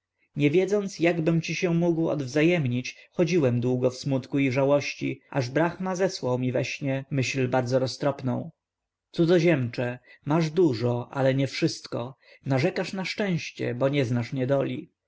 nie wiedząc jakbym ci się mógł wywzajemnić chodziłem długo w smutku i żałości aż brahma zesłał mi we śnie myśl bardzo roztropną cudzoziemcze masz dużo ale nie wszystko narzekasz na szczęście bo nie znasz niedoli